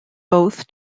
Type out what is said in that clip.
both